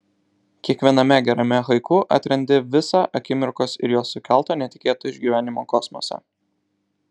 kiekviename gerame haiku atrandi visą akimirkos ir jos sukelto netikėto išgyvenimo kosmosą